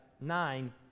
nine